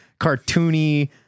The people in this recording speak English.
cartoony